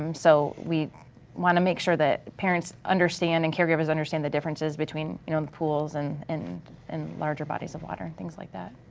um so we wanna make sure that parents understand and caregivers understand the differences between you know pools and and and larger bodies of water and things like that.